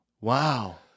Wow